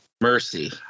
Mercy